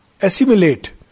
assimilate